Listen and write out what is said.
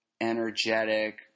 energetic